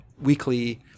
weekly